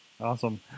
Awesome